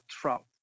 trout